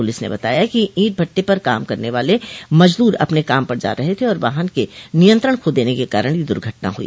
police ने बताया है कि ईंट भट्टे पर काम करने वाले मजदूर अपने काम पर जा रहे थे और वाहन के नियंत्रण खो देने के कारण यह दुर्घटना हुई